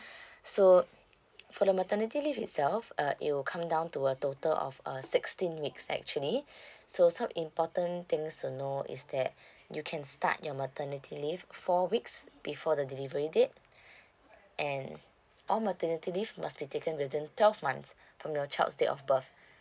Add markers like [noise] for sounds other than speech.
[breath] so for the maternity leave itself uh it will come down to a total of uh sixteen weeks actually [breath] so some important things to know is that you can start your maternity leave four weeks before the delivery date and all maternity leave must be taken within twelve months from your child's date of birth